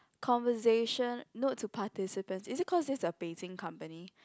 conversation note to participants is this cause this is a Beijing company